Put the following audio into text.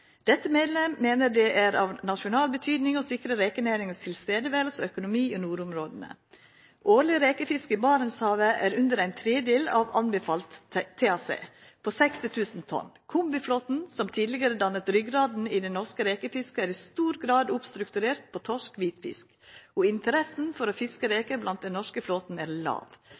Dette medlem mener det er av nasjonal betydning å sikre rekenæringens tilstedeværelse og økonomi i nordområdene. Årlig rekefiske i Barentshavet er under ⅓ av anbefalt TAC på 60 000 tonn. Kombiflåten, som tidligere dannet ryggraden i det norske rekefisket, er i stor grad oppstrukturert på torsk/hvitfisk, og interessen for å fiske reker blant den norske flåten er lav.